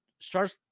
starts